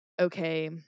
okay